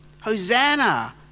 Hosanna